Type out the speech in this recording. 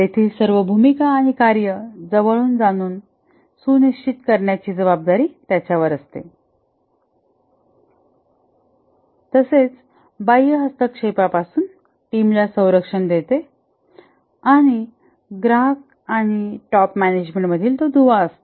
तेथील सर्व भूमिका आणि कार्ये जवळून जाणून सुनिश्चित करण्याची जबाबदारी त्याच्यावर असते तसेच बाह्य हस्तक्षेपापासून टीमाला संरक्षण देणे व ग्राहक आणि टॉप मॅनेजमेंट मधील दुवा असतो